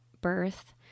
birth